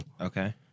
Okay